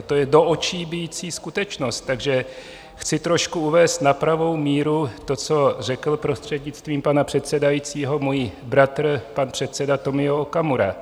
To je do očí bijící skutečnost, takže chci trošku uvést na pravou míru to, co řekl prostřednictvím pana předsedajícího, můj bratr, pan předseda Tomio Okamura.